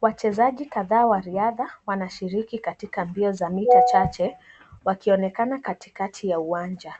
Wachezaji kadha wa riadha wanashiriki katika mbio za mita chache wakionekana katikati ya uwanja .